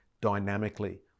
dynamically